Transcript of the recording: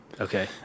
Okay